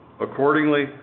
Accordingly